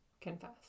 confess